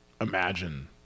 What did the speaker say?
imagine